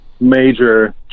major